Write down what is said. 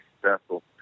successful